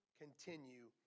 continue